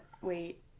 Wait